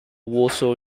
warsaw